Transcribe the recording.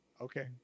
okay